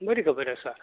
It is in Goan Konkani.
बरी खबर आसा